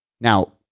Now